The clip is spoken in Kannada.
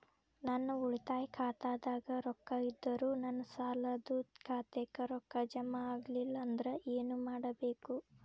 ನನ್ನ ಉಳಿತಾಯ ಖಾತಾದಾಗ ರೊಕ್ಕ ಇದ್ದರೂ ನನ್ನ ಸಾಲದು ಖಾತೆಕ್ಕ ರೊಕ್ಕ ಜಮ ಆಗ್ಲಿಲ್ಲ ಅಂದ್ರ ಏನು ಮಾಡಬೇಕು?